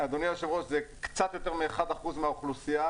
אדוני היושב-ראש, זה קצת יותר מ-1% מהאוכלוסייה.